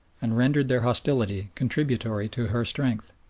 and rendered their hostility contributory to her strength.